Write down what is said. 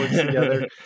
together